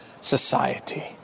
society